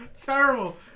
Terrible